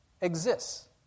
exists